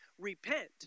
repent